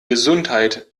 gesundheit